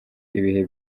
ibihe